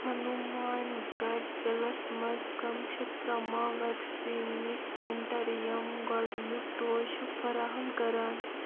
ہنوٗمان گَڑھ ضِلعس مَنٛز کٕم چھِ تمام ویکسِنیٚشن سینٹر یِم گۄڈنیُک ڈوز چھِ فراہَم کَران